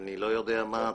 ואני לא יודע מה אתם עושים.